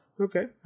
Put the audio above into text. Okay